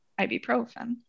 ibuprofen